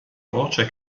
voce